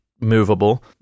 movable